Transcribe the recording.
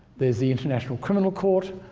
there's the international criminal court,